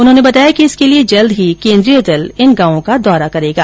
उन्होंने बताया कि इसके लिए जल्द ही केंद्रीय दल इन गांवों का दौरा करेगा